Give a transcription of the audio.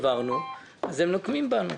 אז הם נוקמים בנו.